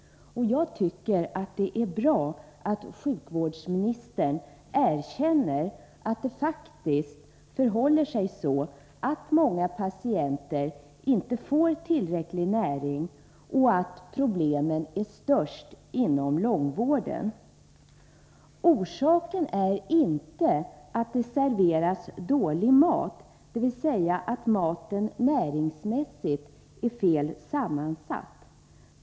Jag tycker det är bra att sjukvårdsministern erkänner att det faktiskt förhåller sig så att många patienter inte får tillräcklig näring och att problemen är störst inom långvården. Orsaken är inte att det serveras dålig mat, dvs. att maten näringsmässigt är fel sammansatt.